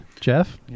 Jeff